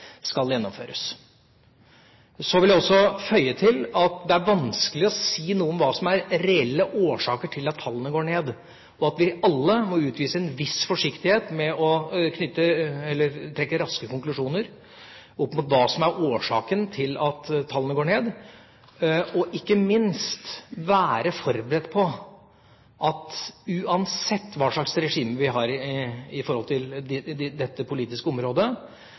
skal gjennomføres. Så vil jeg også føye til at det er vanskelig å si noe om hva som er reelle årsaker til at tallene går ned, og at vi alle må utvise en viss forsiktighet med å trekke raske konklusjoner opp mot hva som er årsaken til at tallene går ned, og ikke minst være forberedt på at uansett hva slags regime vi har på dette politiske området, kan tallene svinge. For det